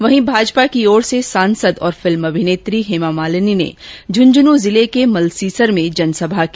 वहीं भाजपा की ओर से सांसद और फिल्म अभिनेत्री हेमामालिनी ने झुंझुनू जिले के मलसीसर में जनसभा की